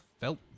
felt